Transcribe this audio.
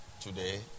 today